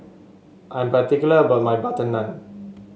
I'm particular about my butter naan